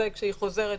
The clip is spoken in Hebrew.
וכשהיא חוזרת,